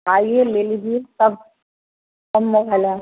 आइए ले लीजिए सब सब मोबाइल है